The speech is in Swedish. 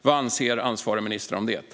Vad anser ansvarig minister om det?